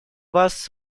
вас